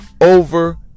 over